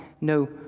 no